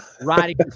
riding